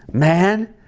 man,